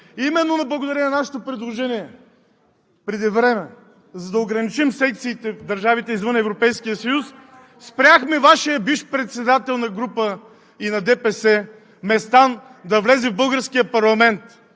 Именно благодарение на нашето предложение преди време, за да ограничим секциите в държавите извън Европейския съюз, спряхме Вашия бивш председател на група и на ДПС – Местан, да влезе в българския парламент.